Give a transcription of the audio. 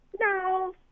No